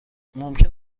ممکن